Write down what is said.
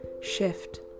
Shift